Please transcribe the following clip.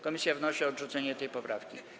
Komisja wnosi o odrzucenie tej poprawki.